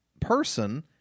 person